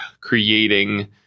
creating